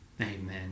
amen